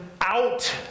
out